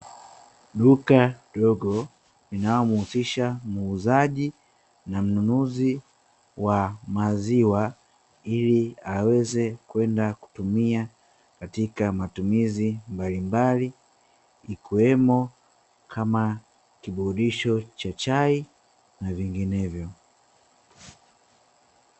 Duka dogo linalo muhusisha muuzaji na mnunuzi wa maziwa, ili aweze kwenda kutumia katika matumizi mbalimbali ikiwemo kama kiburudisho cha chai na vinginevyo.